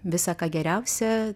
visa ką geriausia